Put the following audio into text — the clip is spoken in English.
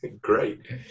Great